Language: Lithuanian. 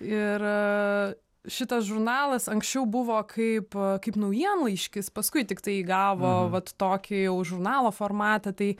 ir šitas žurnalas anksčiau buvo kaip kaip naujienlaiškis paskui tiktai įgavo vat tokį jau žurnalo formatą tai